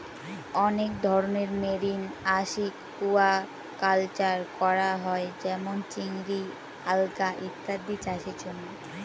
অনেক ধরনের marine aquaculture করা হয় যেমন চিংড়ি, আলগা ইত্যাদি চাষের জন্য